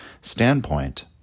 standpoint